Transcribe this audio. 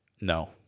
no